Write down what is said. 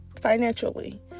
financially